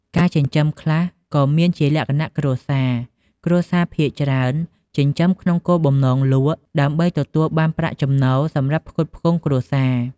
ការចិញ្ចឹមខ្លះក៏មានជាលក្ខណៈគ្រួសារ គ្រួសារភាគច្រើនចិញ្ចឹមក្នុងគោលបំណងលក់ ដើម្បីទទួលបានប្រាក់ចំណូលសម្រាប់ផ្គត់ផ្គង់គ្រួសារ។